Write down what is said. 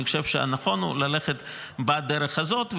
אני חושב שהנכון הוא ללכת בדרך הזאת,